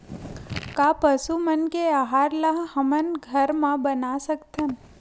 का पशु मन के आहार ला हमन घर मा बना सकथन?